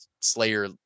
Slayer